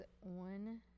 one